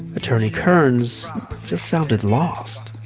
attorney kearns just sounded lost.